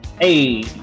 hey